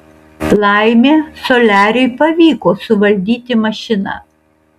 laimė soliariui pavyko suvaldyti mašiną